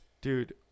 Dude